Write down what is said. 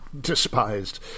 despised